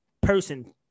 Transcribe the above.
person